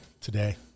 Today